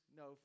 no